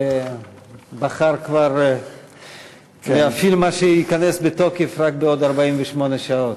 בחר כבר להפעיל את מה שייכנס לתוקף רק בעוד 48 שעות.